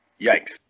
Yikes